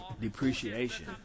depreciation